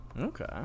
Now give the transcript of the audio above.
Okay